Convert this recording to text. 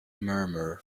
murmur